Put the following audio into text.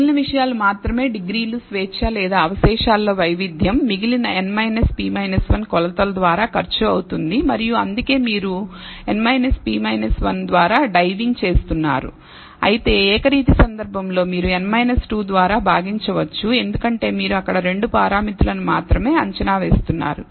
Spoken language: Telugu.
మిగిలిన విషయాలు మాత్రమే డిగ్రీలు స్వేచ్ఛ లేదా అవశేషాలలో వైవిధ్యం మిగిలిన n p 1 కొలతలు ద్వారా ఖర్చు అవుతుంది మరియు అందుకే మీరు n p 1 ద్వారా డైవింగ్ చేస్తున్నారు అయితే ఏకరీతి సందర్భంలో మీరు n 2 ద్వారా భాగిచవచ్చు ఎందుకంటే మీరు అక్కడ రెండు పారామితులను మాత్రమే అంచనా వేస్తున్నారు